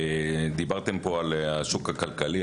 דיברתם פה על השוק הכלכלי,